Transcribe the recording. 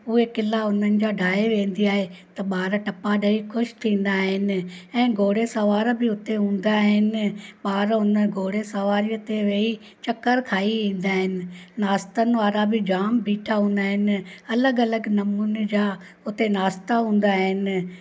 उहे क़िला उन्हनि जा ढाहे वेंदी आहे त ॿार टपा ॾेई ख़ुशि थींदा आहिनि ऐं घोड़े सवार बि उते हूंदा आहिनि ॿार हुन घोड़े सवारीअ ते वेही चकरु खाई ईंदा आहिनि नाश्तनि वारा बि जामु बीठा हूंदा आहिनि अलॻि अलॻि नमूने जा उते नाश्ता हूंदा आहिनि